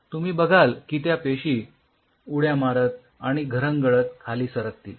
तुम्ही बघाल की त्या पेशी उड्या मारत आणि घरंगळत खाली सरकतील